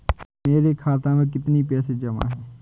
मेरे खाता में कितनी पैसे जमा हैं?